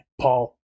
Paul